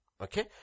Okay